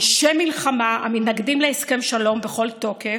אנשי מלחמה המתנגדים להסכם שלום בכל תוקף,